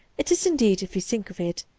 it is, indeed, if we think of it,